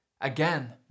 again